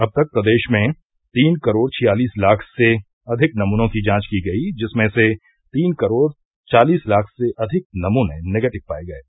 अब तक प्रदेश में तीन करोड़ छियालिस लाख से अधिक नमूनों की जांच की गई जिसमें से तीन करोड़ चालिस लाख से अधिक नमूने निगेटिव पाये गये